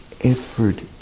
effort